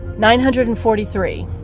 nine hundred and forty three,